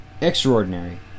extraordinary